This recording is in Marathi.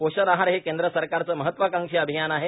पोषण आहार हे केंद्र सरकारचे महत्वाकांक्षी अभियान आहे